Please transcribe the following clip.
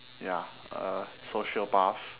ya a sociopath